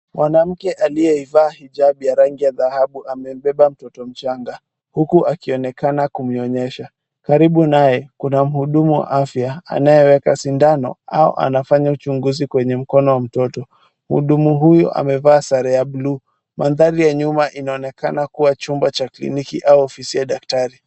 Mwanamke aliyeivaa hijabu ya rangi ya dhahabu amembeba mtoto mchanga ,huku akionekana kumnyonyesha .Karibu naye ,kuna muhudumu wa afya anayeweka sindano au anafanya uchunguzi kwenye mkono wa mtoto. Muhudumu huyu amevaa sare ya bluuu .Mandhari ya nyuma inaonekana kuwa chumba cha kliniki au ofisi ya daktari .